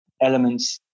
elements